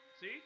See